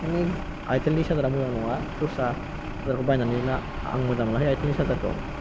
बेनिखायनो आइटेल नि सार्जार आ मोजां नङा दस्राफोरखौ बायनानै ला आं मोजां मोनाखै आइटेल नि सार्जार खौ